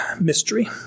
mystery